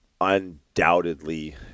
undoubtedly